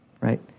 right